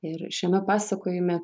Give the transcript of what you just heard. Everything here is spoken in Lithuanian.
ir šiame pasakojime